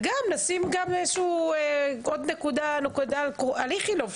שימו לב לעוד נקודה לגבי איכילוב.